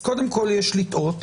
קודם כול יש לתהות,